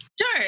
Sure